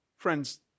Friends